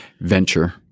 venture